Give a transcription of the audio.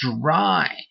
dry